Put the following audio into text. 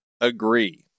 agree